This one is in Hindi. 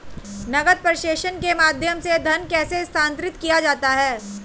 नकद प्रेषण के माध्यम से धन कैसे स्थानांतरित किया जाता है?